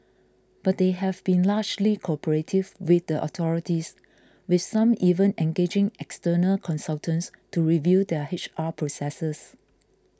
but they have been largely cooperative with the authorities with some even engaging external consultants to review their H R processes